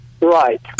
Right